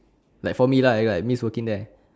like for me lah like like miss working there